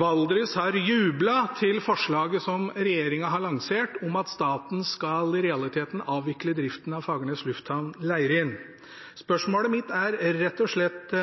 Valdres har jublet til forslaget som regjeringen har lansert om at staten i realiteten skal avvikle driften av Fagernes lufthavn, Leirin. Spørsmålet mitt er rett og slett: